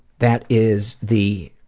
that is the